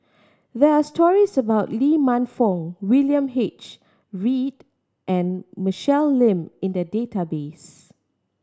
there are stories about Lee Man Fong William H Read and Michelle Lim in the database